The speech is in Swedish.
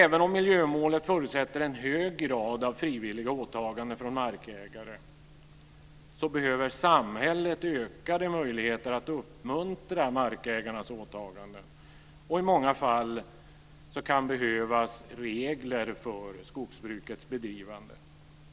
Även om miljömålet förutsätter en hög grad av frivilliga åtaganden från markägare behöver samhället ökade möjligheter att uppmuntra markägarnas åtaganden, och i många fall kan behövas regler för skogsbrukets bedrivande.